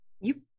You-